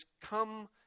come